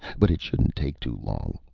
but it shouldn't take too long.